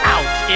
Out